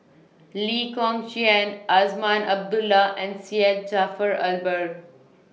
Lee Kong Chian Azman Abdullah and Syed Jaafar Albar